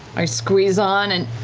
i squeeze on and.